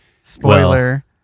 Spoiler